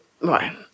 Right